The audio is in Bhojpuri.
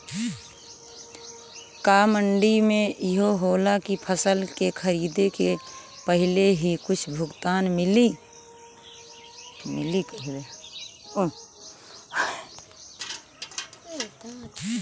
का मंडी में इहो होला की फसल के खरीदे के पहिले ही कुछ भुगतान मिले?